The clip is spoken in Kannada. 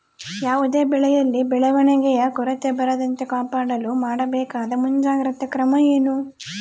ಯಾವುದೇ ಬೆಳೆಯಲ್ಲಿ ಬೆಳವಣಿಗೆಯ ಕೊರತೆ ಬರದಂತೆ ಕಾಪಾಡಲು ಮಾಡಬೇಕಾದ ಮುಂಜಾಗ್ರತಾ ಕ್ರಮ ಏನು?